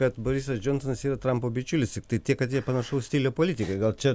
kad borisas džonsonas yra trampo bičiulis tiktai tiek kad jie panašaus stiliaus politikai gal čia